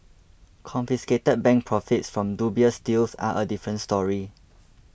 confiscated bank profits from dubious deals are a different story